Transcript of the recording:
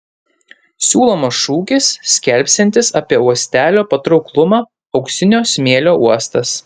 siūlomas šūkis skelbsiantis apie uostelio patrauklumą auksinio smėlio uostas